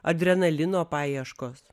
adrenalino paieškos